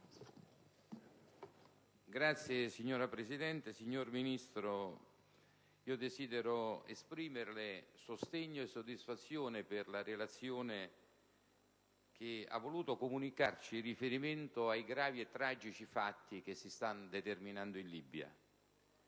Signora Presidente, signor Ministro, desidero esprimerle sostegno e soddisfazione per la relazione che ha voluto comunicarci in riferimento ai gravi e tragici fatti che si stanno determinando in Libia.